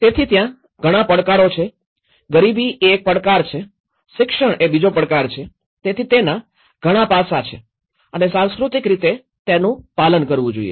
તેથી ત્યાં ઘણા પડકારો છે ગરીબી એ એક પડકાર છે શિક્ષણ એ બીજો પડકાર છે તેથી તેના ઘણા પાસાં છે અને સાંસ્કૃતિક રીતે તેનું પાલન કરવું જોઈએ